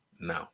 now